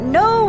no